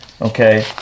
okay